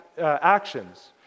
actions